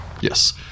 Yes